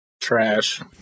Trash